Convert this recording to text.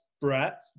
Brett